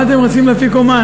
מה אתם רוצים אפיקומן?